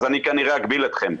כנראה אגביל אתכם.